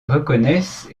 reconnaissent